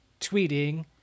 tweeting